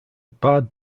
bard